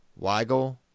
Weigel